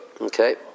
Okay